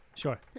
Sure